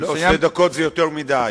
לא, שתי דקות זה יותר מדי.